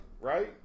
right